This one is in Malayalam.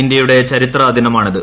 ഇന്ത്യയുടെ ചരിത്ര ദിനമാണിത്